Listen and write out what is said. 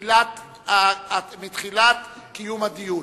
מתחילת קיום הדיון.